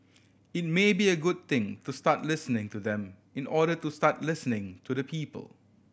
it may be a good thing to start listening to them in order to start listening to the people